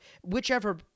whichever